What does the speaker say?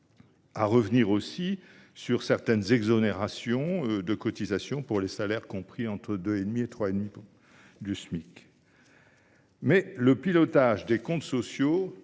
de revenir sur certaines exonérations de cotisation pour les salaires compris entre 2,5 et 3,5 Smic. Pour autant, le pilotage des comptes sociaux